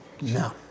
No